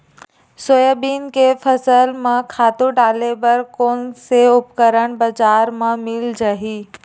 Soybean के फसल म खातु डाले बर कोन से उपकरण बजार म मिल जाहि?